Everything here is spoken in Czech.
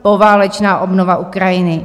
Poválečná obnova Ukrajiny.